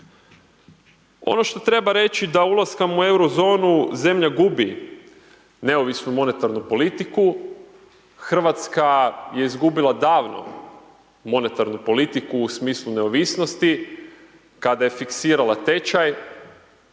Ono što treba reći da ulaskom u Euro zonu, zemlja gubi neovisnu monetarnu politiku, Hrvatska je izgubila davno monetarnu politiku u smislu neovisnosti kada je fiksirala tečaj,